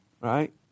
right